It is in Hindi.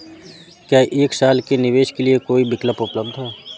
क्या एक साल के निवेश के लिए कोई विकल्प उपलब्ध है?